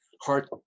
heart